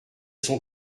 sont